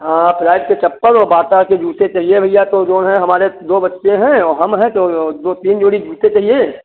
हाँ फ़्लाइट के चप्पल और बाटा के जूते चहिए भैया तो जो हैं हमारे दो बच्चे हैं और हम हैं तो यो दो तीन जोड़ी जूते चाहिए